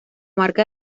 marca